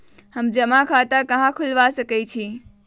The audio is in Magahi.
हम जमा खाता कहां खुलवा सकई छी?